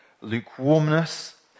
lukewarmness